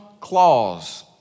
clause